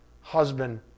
husband